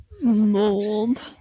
mold